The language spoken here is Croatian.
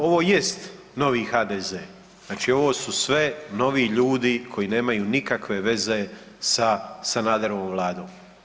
Pa ovo jest novi HDZ, znači ovo su sve novi ljudi koji nemaju nikakve veze sa Sanaderovom vladom.